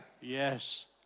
Yes